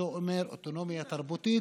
זה אומר אוטונומיה תרבותית,